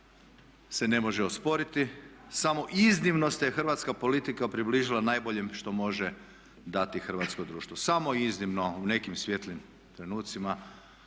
se ne može osporiti, samo iznimno se hrvatska politika približila najboljem što može dati hrvatsko društvo. Samo iznimno o nekim svijetlim trenucima,